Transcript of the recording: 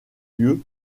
lieu